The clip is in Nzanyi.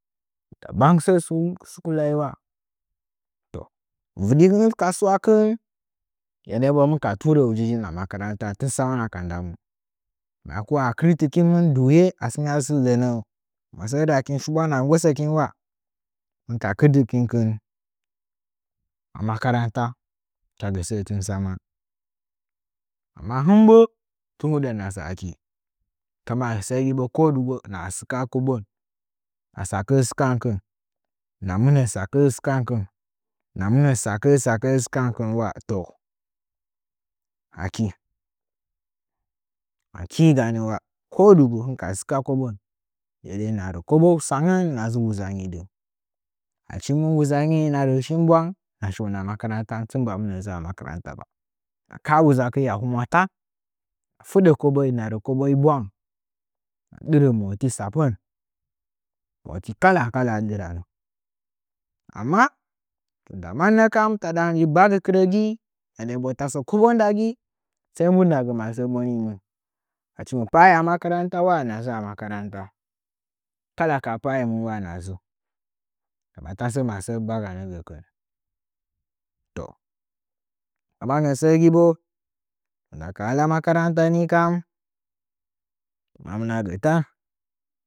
Dabang sə sukullai wa toh vɨ dən ka suwakɨn hɨmɨn ka turə ujiujin a makaranta tɨn tsa man aka damu nggamu ko a kɨrɨkin mɨn duye asuusakina sə mɨndən masə huddakin shiɓula ula a nggo səkin hɨmɨn ka kɨr tɨkinkɨn a makaranta tasə sə tɨn tsaman amma hɨn botɨn huda naha səə aki tɨn tsama səgi bo ko dugu hɨna tsɨka kobon hɨna mɨsə’ə tsɨkankɨn hɨna monə mɨsə’ə tsɨkakɨn hɨna mɨnə tsakə’ə tsakə’ə tsikankɨn naa toh aki aki ga nəwa ko dugu hɨnka tsɨka kobon ndeni hɨna rəkobo sangən hɨna dəɨ wuzangi dɨn achimɨ wuzangi bwanghɨnashi shi una makaranta tɨri mba dzu a makaranta ba hɨna ka’a makaranta ba hɨna ka’a wuzakzi a hɨmwa tan ka fidə kobəi hɨna rə koboi bwanga hɨna dɨrə moti tsapən moti kala-kala dɨranə amma tɨn nda mannəkam taɗa hɨn nji bagɨ kɨrəgi nden nəbo tabə kobo ndagi sai mbu hɨna gə masə monimɨn achi mɨ pa’ai a makaranta ula hɨna dzu a makaranta kala kaha pa’ ai mɨn wa hɨna dzu ndama tasə masə mbagana gəkɨn toh mannə səə gi bo tun nda ka hala makarantani kam mawina gətan.